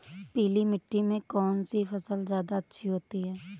पीली मिट्टी में कौन सी फसल ज्यादा अच्छी होती है?